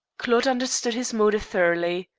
claude understood his motive thoroughly.